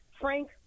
Frank